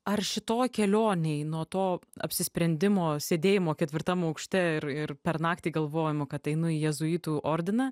ar šitoj kelionėj nuo to apsisprendimo sėdėjimo ketvirtam aukšte ir ir per naktį galvojimo kad einu į jėzuitų ordiną